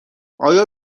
آیا